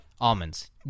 almonds